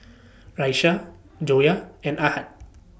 Raisya Joyah and Ahad